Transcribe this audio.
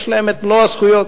יש להם מלוא הזכויות.